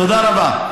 תודה רבה.